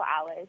hours